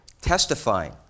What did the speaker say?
testifying